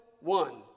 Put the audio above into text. one